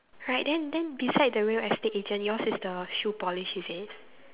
right then then beside the real estate agent yours is the shoe polish is it